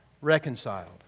Reconciled